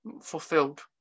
fulfilled